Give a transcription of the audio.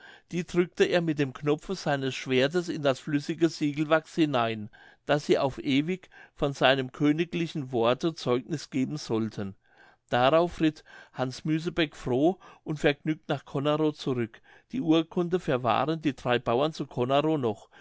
die drückte er mit dem knopfe seines schwertes in das flüssige siegelwachs hinein daß sie auf ewig von seinem königlichen worte zeugniß geben sollten darauf ritt hans müsebeck froh und vergnügt nach conerow zurück die urkunde verwahren die drei bauern zu conerow noch